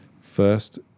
First